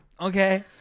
Okay